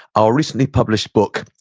our recently published book,